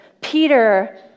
Peter